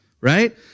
right